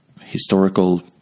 historical